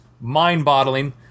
mind-boggling